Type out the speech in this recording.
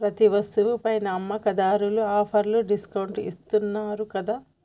ప్రతి వస్తువు పైనా అమ్మకందార్లు ఆఫర్లు డిస్కౌంట్లు ఇత్తన్నారు గదా